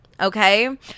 Okay